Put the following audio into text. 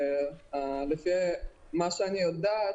לפי מה שאני יודעת,